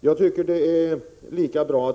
Enligt min mening är det bäst att vi,